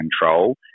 control